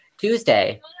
Tuesday